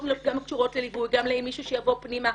קשורות לליווי, גם למישהו שיבוא פנימה.